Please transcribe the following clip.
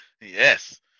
Yes